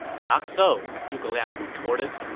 not so, zhuge liang retorted.